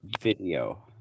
video